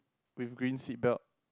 with green seat belt